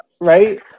right